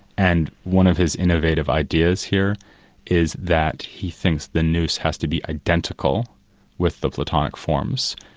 and one of his innovative ideas here is that he thinks the nous has to be identical with the platonic forms,